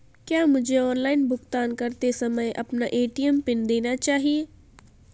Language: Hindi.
क्या मुझे ऑनलाइन भुगतान करते समय अपना ए.टी.एम पिन देना चाहिए?